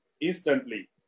Instantly